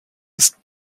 ist